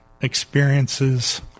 experiences